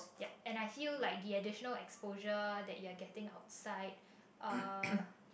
yup and I feel like the additional exposure that you're getting outside uh